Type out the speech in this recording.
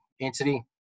entity